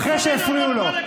הזמן שלו נגמר אחרי שהפריעו לו.